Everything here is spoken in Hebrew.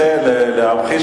1 2. אדוני היושב-ראש,